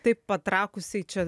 taip patrakusiai čia